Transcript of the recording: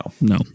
no